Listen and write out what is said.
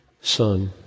son